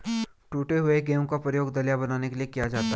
टूटे हुए गेहूं का प्रयोग दलिया बनाने के लिए किया जाता है